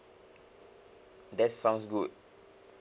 that sounds good